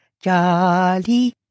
jolly